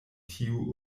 tiu